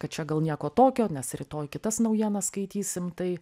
kad čia gal nieko tokio nes rytoj kitas naujienas skaitysim tai